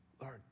Lord